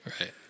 Right